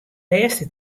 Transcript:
lêste